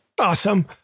Awesome